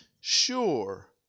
sure